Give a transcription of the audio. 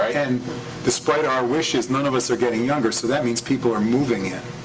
and despite our wishes, none of us are getting younger, so that means people are moving in.